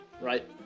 Right